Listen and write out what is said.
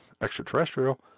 extraterrestrial